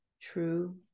True